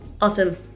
awesome